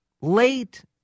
late